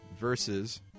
Versus